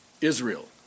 Israel